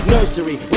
Nursery